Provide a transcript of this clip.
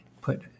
put